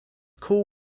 cool